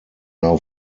now